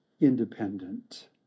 independent